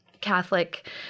Catholic